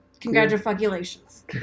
Congratulations